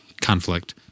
conflict